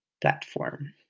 platform